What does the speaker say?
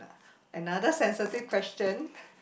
another sensitive question